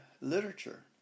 literature